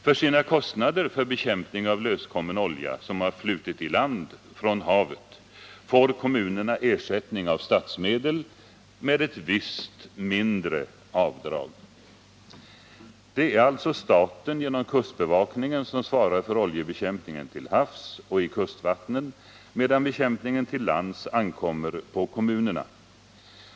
För sina kostnader för bekämpning av löskommen olja som har flutit i land från havet får kommunerna ersättning av statsmedel med ett visst mindre avdrag. Det är alltså staten genom kustbevakningen som svarar för oljebekämpningen till havs och i kustvattnen, medan bekämpningen till lands ankommer på kommunerna.